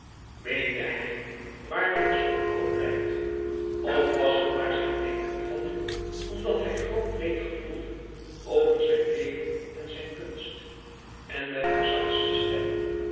meende hij waarlijk zoo altijd of was het maar zijn denken van nu omdat hij groot leed gevoelde over zijn leven en zijn kunst en met haar zachtste stem